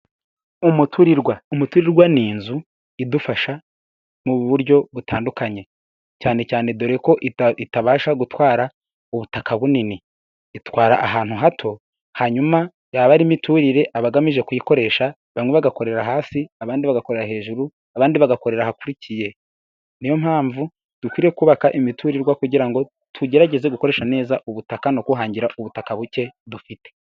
Umutirirwa ni inzu idufasha mu buryo butandukanye, cyane cyane dore ko itabasha gutwara ubutaka bunini, itwara ahantu hato, hanyuma yaba ari imiturire abagamije kuyikoresha bamwe bagakorera hasi abandi bagakorera hejuru, abandi bagakorera ahakurikiye. Niyo mpamvu dukwiriye kubaka imiturirwa kugira ngo tugerageze gukoresha neza ubutaka no guhangira ubutaka buke dufite.